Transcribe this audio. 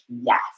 yes